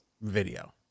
video